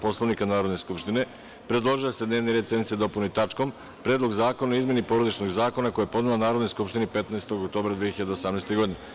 Poslovnika Narodne skupštine predložio je da se dnevni red sednice dopuni tačkom – Predlog zakona o i izmeni Porodičnog zakona, koji je podneo Narodnoj skupštini 15. oktobra 2018. godine.